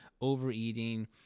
overeating